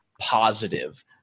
positive